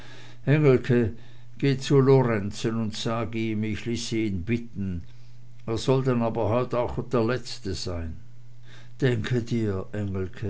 geh zu lorenzen und sag ihm ich ließ ihn bitten der soll dann aber heut auch der letzte sein denke dir